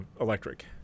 electric